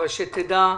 אבל שתדע,